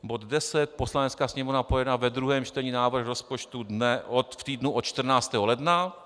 Bod 10 Poslanecká sněmovna projedná ve druhém čtení návrh rozpočtu dne v týdnu od 14. ledna.